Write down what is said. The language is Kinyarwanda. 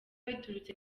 biturutse